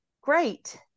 Great